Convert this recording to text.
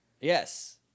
yes